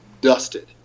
dusted